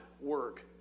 work